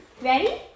Ready